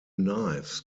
knives